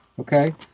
Okay